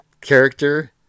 character